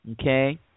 Okay